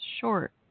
short